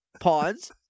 pawns